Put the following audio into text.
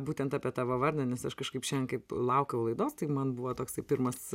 būtent apie tavo vardą nes aš kažkaip šiandien kaip laukiau laidos tai man buvo toksai pirmas